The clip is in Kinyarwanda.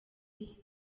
nibindi